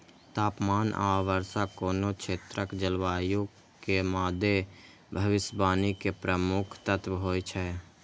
तापमान आ वर्षा कोनो क्षेत्रक जलवायु के मादे भविष्यवाणी के प्रमुख तत्व होइ छै